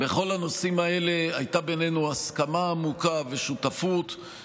בכל הנושאים האלה הייתה בינינו הסכמה עמוקה ושותפות,